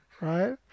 right